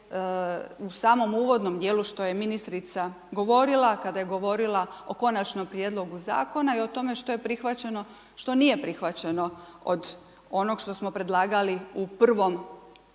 u samom uvodnom dijelu, što je ministrica govorila kada je govorila o Konačnom prijedlogu Zakona i o tome što je prihvaćeno, što nije prihvaćeno od onog što smo predlagali u prvom,